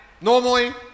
normally